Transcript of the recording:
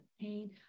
pain